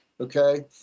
okay